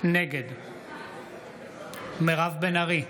נגד מירב בן ארי,